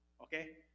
Okay